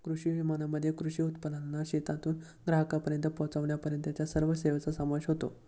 कृषी विपणनामध्ये कृषी उत्पादनांना शेतातून ग्राहकांपर्यंत पोचविण्यापर्यंतच्या सर्व सेवांचा समावेश होतो